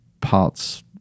parts